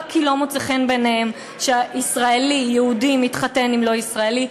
רק כי לא מוצא חן בעיניהם שישראלי יהודי מתחתן עם לא ישראלי.